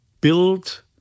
build